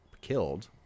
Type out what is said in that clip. killed